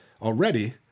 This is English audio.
already